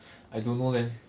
I don't know leh